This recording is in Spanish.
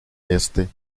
este